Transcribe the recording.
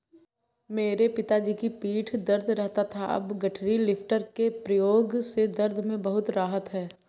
मेरे पिताजी की पीठ दर्द रहता था अब गठरी लिफ्टर के प्रयोग से दर्द में बहुत राहत हैं